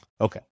Okay